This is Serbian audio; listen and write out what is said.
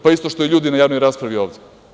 Pa isto što i ljudi na javnoj raspravi ovde.